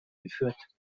geführt